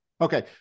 Okay